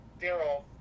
Daryl